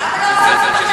נסגרו.